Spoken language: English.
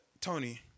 Tony